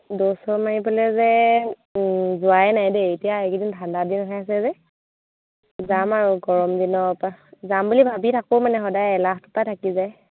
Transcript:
দৌৰ চৌৰ মাৰিবলৈ যে যোৱাই নাই দেই এতিয়া এইকেইদিন ঠাণ্ডা দিন হৈ আছে যে যাম আৰু গৰম দিনৰ পৰা যাম বুলি ভাবি থাকোঁ মানে সদায় এলাহটোৰ পৰা থাকি যায়